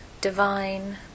divine